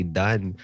done